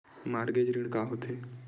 Mortgage ऋण का होथे?